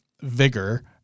vigor